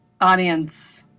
audience